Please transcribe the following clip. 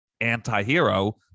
anti-hero